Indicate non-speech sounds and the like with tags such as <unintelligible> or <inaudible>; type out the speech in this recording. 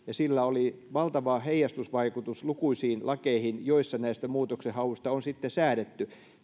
<unintelligible> ja sillä oli valtava heijastusvaikutus lukuisiin lakeihin joissa näistä muutoksenhauista on sitten säädetty